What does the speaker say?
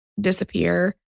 disappear